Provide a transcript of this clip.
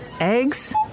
eggs